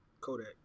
Kodak